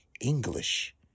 English